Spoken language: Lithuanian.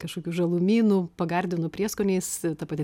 kažkokių žalumynų pagardinu prieskoniais ta pati